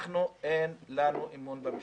אנחנו אין לנו אמון במשטרה.